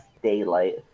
daylight